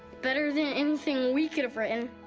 better than anything we could have written.